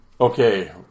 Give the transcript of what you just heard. Okay